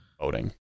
voting